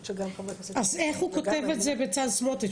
אז איך הוא כותב את זה, בצלאל סמוטריץ'?